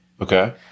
okay